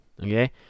okay